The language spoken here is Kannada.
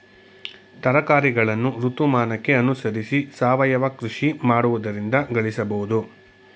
ತರಕಾರಿಗಳನ್ನು ಋತುಮಾನಕ್ಕೆ ಅನುಸರಿಸಿ ಸಾವಯವ ಕೃಷಿ ಮಾಡುವುದರಿಂದ ಗಳಿಸಬೋದು